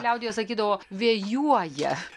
liaudyje sakydavo vėjuoja